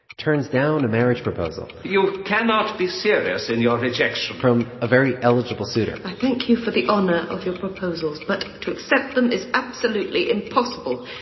turns down a marriage proposal. you cannot be serious in your rejection. from a very eligible suitor i thank you for the honor of your proposals, but to accept them is absolutely impossible.